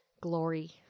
glory